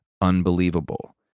unbelievable